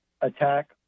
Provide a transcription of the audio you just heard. attack